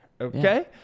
Okay